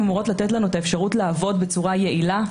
הן אמורות לתת לנו את האפשרות לעבוד בצורה יעילה,